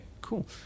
cool